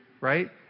right